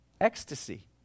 ecstasy